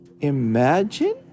imagine